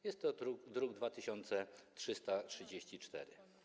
Jest to druk nr 2334.